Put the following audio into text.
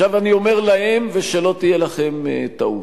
עכשיו אני אומר להם, ושלא תהיה לכם טעות: